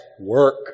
work